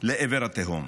לעבר התהום.